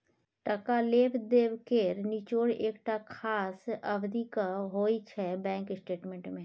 टका लेब देब केर निचोड़ एकटा खास अबधीक होइ छै बैंक स्टेटमेंट मे